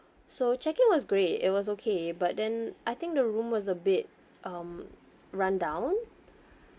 so check in was great it was okay but then I think the room was a bit um rundown